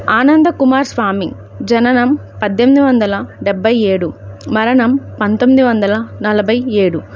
ఆనందకుమార్ స్వామి జననం పద్దెనిమిది వందల డెబ్భై ఏడు మరణం పంతొమ్మిది వందల నలభై ఏడు